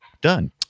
done